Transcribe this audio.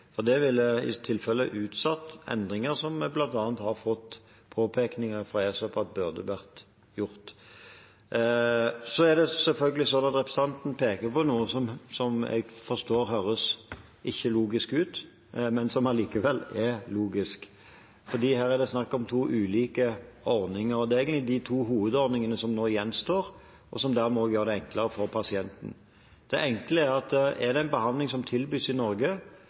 Det ville i tilfelle utsatt endringer vi bl.a. har fått påpekninger fra ESA om at man burde ha gjort. Selvfølgelig peker representanten på noe som jeg forstår ikke høres logisk ut, men som allikevel er logisk, for her er det snakk om to ulike ordninger. Det er egentlig de to hovedordningene som nå gjenstår, og som dermed også gjør det enklere for pasienten. Det enkle er at er det en behandling som tilbys i Norge,